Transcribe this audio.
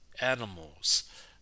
animals